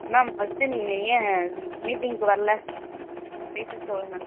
ma'am first நீங்கள் ஏன் மீட்டிங்க்கு வரல ரீசன் சொல்லுங்க